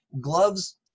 gloves